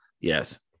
yes